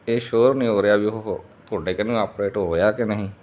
ਇਹ ਸ਼ੋਅਰ ਨਹੀਂ ਹੋ ਰਿਹਾ ਵੀ ਉਹ ਤੁਹਾਡੇ ਕਨੀਓ ਅਪਡੇਟ ਹੋਇਆ ਕਿ ਨਹੀਂ